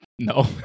No